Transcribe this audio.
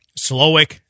Slowick